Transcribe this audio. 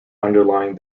underlying